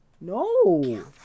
No